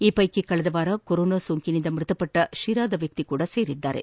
ಈ ಪೈಕಿ ಕಳೆದ ವಾರ ಕೊರೋನಾ ಸೋಂಕಿನಿಂದ ಮೃತಪಟ್ಟ ಶಿರಾದ ವ್ಯಕ್ತಿಯೂ ಸೇರಿದ್ದಾರೆ